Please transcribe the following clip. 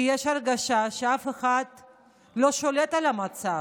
כי יש הרגשה שאף אחד לא שולט על המצב.